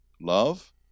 love